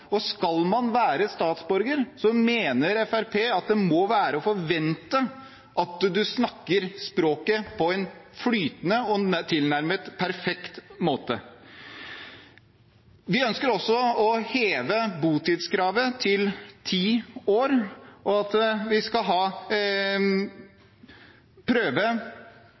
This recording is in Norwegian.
og skal man være statsborger, mener Fremskrittspartiet at det må være å forvente at man snakker språket flytende og på en tilnærmet perfekt måte. Vi ønsker også å heve botidskravet til ti år, og at vi skal ha